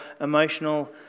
emotional